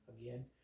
again